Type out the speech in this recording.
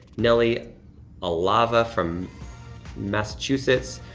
nelly alava from massachusetts.